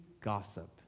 gossip